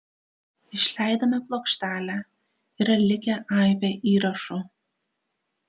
išleidome plokštelę yra likę aibė įrašų